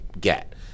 get